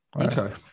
Okay